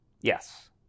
Yes